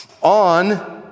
on